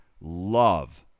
love